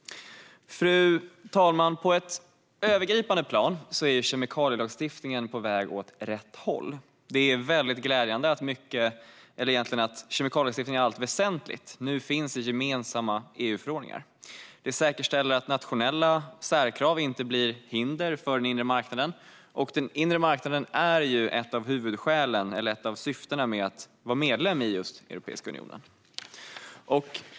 Fru talman! På ett övergripande plan är kemikalielagstiftningen på väg åt rätt håll. Det är väldigt glädjande att kemikalielagstiftningen i allt väsentligt nu finns i gemensamma EU-förordningar. Det säkerställer att nationella särkrav inte blir hinder för den inre marknaden; den inre marknaden är ju ett av huvudsyftena med att vara medlem i Europeiska unionen.